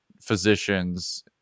physicians